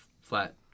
flat